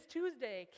Tuesday